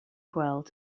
gweld